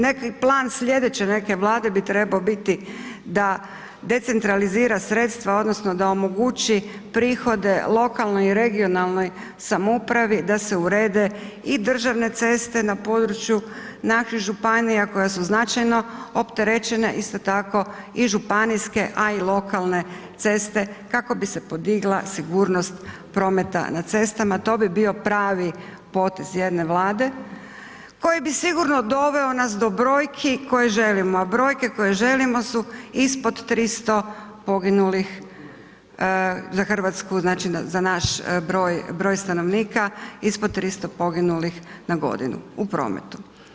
Neki plan sljedeće neke Vlade bi trebao biti da decentralizira sredstva odnosno da omogući prihode lokalnoj i regionalnoj samoupravi da se urede i državne ceste na području naših županija koje su značajno opterećene, isto tako i županijske a i lokalne ceste kako bi se podigla sigurnost prometa na cestama, to bi bio pravi potez jedne Vlade koji bi sigurno doveo nas do brojki koje želimo, a brojke koje želimo su ispod 300 poginulih za Hrvatsku, znači za naš broj stanovnika ispod 300 poginulih na godinu u prometu.